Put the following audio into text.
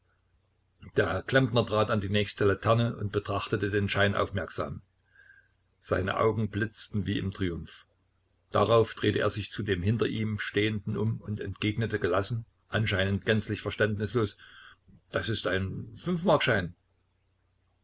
der klempner trat an die nächste laterne und betrachtete den schein aufmerksam seine augen blitzten wie im triumph darauf drehte er sich zu dem hinter ihm stehenden um und entgegnete gelassen anscheinend gänzlich verständnislos das ist ein